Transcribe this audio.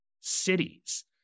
cities